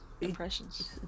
impressions